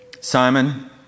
Simon